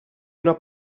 una